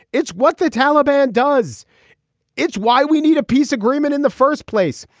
it's what the taliban does it's why we need a peace agreement in the first place.